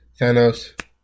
Thanos